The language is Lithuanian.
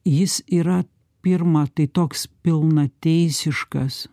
jis yra pirma tai toks pilnateisiškas